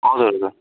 हजुर हजुर